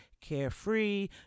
carefree